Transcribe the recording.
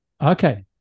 Okay